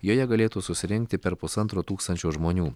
joje galėtų susirinkti per pusantro tūkstančio žmonių